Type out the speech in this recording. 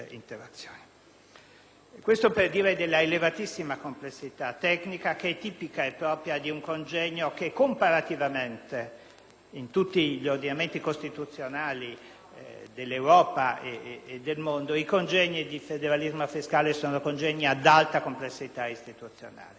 Questo per dire della elevatissima complessità tecnica, che è tipica e propria di un simile congegno. Comparativamente, in tutti gli ordinamenti costituzionali dell'Europa e del mondo i congegni di federalismo fiscale sono ad alta complessità istituzionale